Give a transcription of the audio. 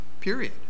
period